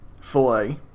filet